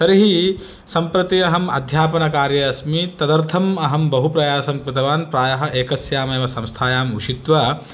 तर्हि सम्प्रति अहम् अध्यापनकार्ये अस्मि तदर्थम् अहं बहु प्रयासं कृतवान् प्रायः एकस्यामेव संस्थायाम् उशित्वा